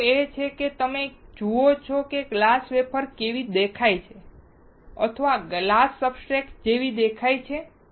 મુદ્દો એ છે કે તમે જુઓ છો કે ગ્લાસ વેફર કેવી દેખાય છે અથવા ગ્લાસ સબસ્ટ્રેટ જેવી દેખાય છે